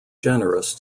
generous